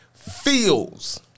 Feels